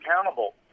accountable